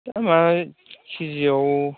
दामा के जि आव